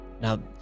Now